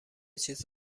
چیز